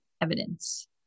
evidence